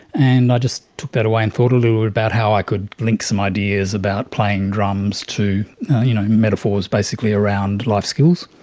and i just took that away and thought a little bit about how i could link some ideas about playing drums to you know metaphors basically around life skills,